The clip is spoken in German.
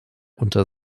unter